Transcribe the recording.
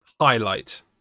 highlight